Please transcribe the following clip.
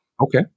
Okay